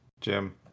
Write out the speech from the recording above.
Jim